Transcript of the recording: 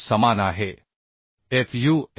समान आहे fu L